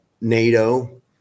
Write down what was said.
NATO